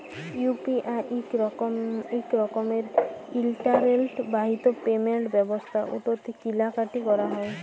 UPI হছে ইক রকমের ইলটারলেট বাহিত পেমেল্ট ব্যবস্থা উটতে কিলা কাটি ক্যরা যায়